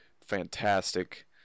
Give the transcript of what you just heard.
fantastic